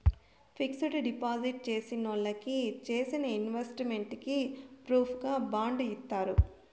fixed deposit చేసినోళ్ళకి చేసిన investment కి ప్రూఫుగా బాండ్ ఇత్తారు